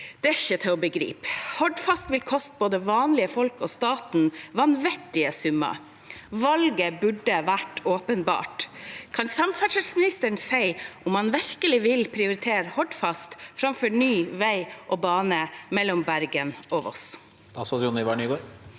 Det er ikke til å begripe. Hordfast vil koste både vanlige folk og staten vanvittige summer. Valget burde vært åpenbart. Kan samferdselsministeren si om han virkelig vil prioritere Hordfast framfor ny vei og bane mellom Bergen og Voss?